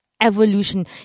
Evolution